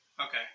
Okay